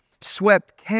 swept